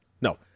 No